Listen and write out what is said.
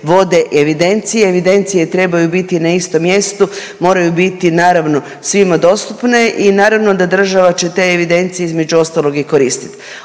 vode evidencije, evidencije trebaju biti na istom mjestu, moraju biti naravno svima dostupne i naravno da država će te evidencije između ostalog i koristiti.